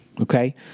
Okay